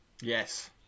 Yes